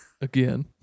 Again